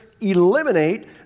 eliminate